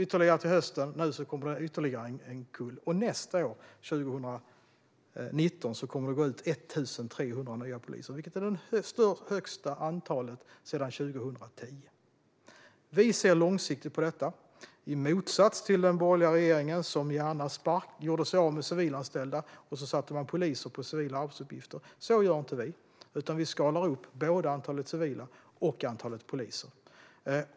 Till hösten kommer det ytterligare en kull, och nästa år, 2019, kommer det att gå ut 1 300 nya poliser, vilket är det högsta antalet sedan 2010. Vi ser långsiktigt på detta, i motsats till den borgerliga regeringen som gärna gjorde sig av med civilanställda och i stället satte poliser på civila arbetsuppgifter. Så gör inte vi, utan vi skalar upp både antalet civila och antalet poliser.